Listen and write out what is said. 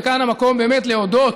וכאן המקום באמת להודות